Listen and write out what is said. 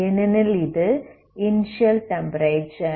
ஏனெனில் இது initial temperature